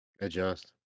adjust